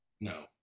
No